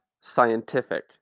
scientific